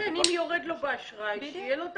אם יורד לו באשראי, שיהיו לו הקבלות.